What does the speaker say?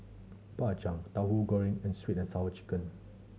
Bak Chang Tauhu Goreng and Sweet And Sour Chicken